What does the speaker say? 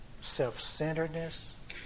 Self-centeredness